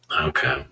okay